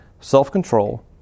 self-control